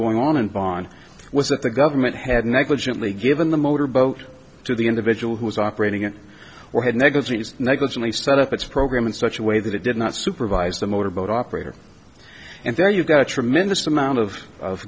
going on and on was that the government had negligently given the motorboat to the individual who was operating it or had negativities negligently set up its program in such a way that it did not supervise the motor boat operator and there you've got a tremendous amount of